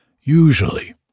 Usually